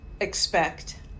expect